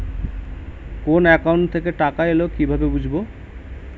কোন একাউন্ট থেকে টাকা এল কিভাবে বুঝব?